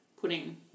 putting